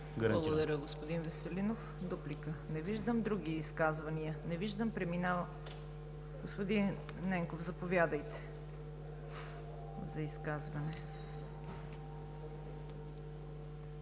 Благодаря, господин Веселинов. Дуплика? Не виждам. Други изказвания? Господин Ненков, заповядайте за изказване.